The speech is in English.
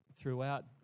throughout